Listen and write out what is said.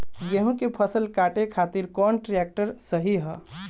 गेहूँ के फसल काटे खातिर कौन ट्रैक्टर सही ह?